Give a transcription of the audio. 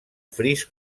fris